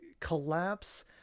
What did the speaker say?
collapse